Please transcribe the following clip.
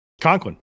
Conklin